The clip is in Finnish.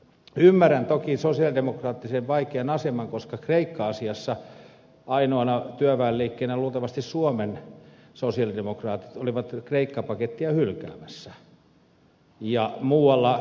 ymmärrän toki sosialidemokraattien vaikean aseman koska kreikka asiassa ainoana työväenliikkeenä luultavasti suomen sosialidemokraatit olivat kreikka pakettia hylkäämässä